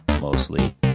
mostly